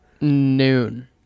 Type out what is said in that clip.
Noon